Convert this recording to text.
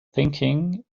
thinking